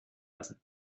lassen